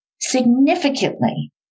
Significantly